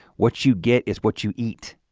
what you get is what you eat.